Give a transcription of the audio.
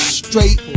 straight